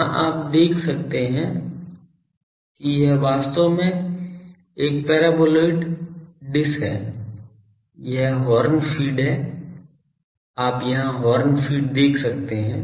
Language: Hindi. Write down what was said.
यहाँ आप देख सकते हैं कि यह वास्तव में एक पैराबोलॉइड डिश है यह हॉर्न फीड है आप यहां हॉर्न फीड देख सकते हैं